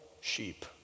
sheep